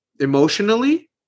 Emotionally